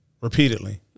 repeatedly